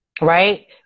Right